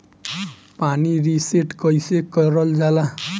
Pin reset कईसे करल जाला?